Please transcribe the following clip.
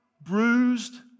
bruised